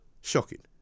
Shocking